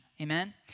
amen